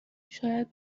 شاید